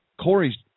Corey's